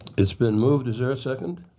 it's been moved. is there a second?